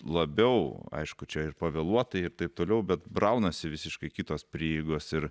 labiau aišku čia ir pavėluotai ir taip toliau bet braunasi visiškai kitos prieigos ir